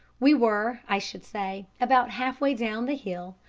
we were, i should say, about half-way down the hill,